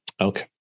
Okay